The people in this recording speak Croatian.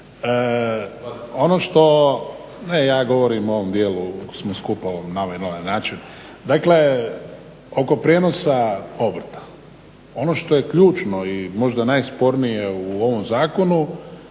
Ono što, ne ja govorim o ovom dijelu koji smo skupa na ovaj ili onaj način. Dakle oko prijenosa obrta. Ono što je ključno i možda najspornije u ovom zakonu